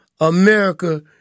America